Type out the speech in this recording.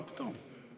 מה פתאום?